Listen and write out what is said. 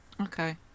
Okay